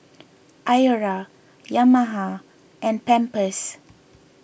Iora Yamaha and Pampers